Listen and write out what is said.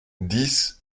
dix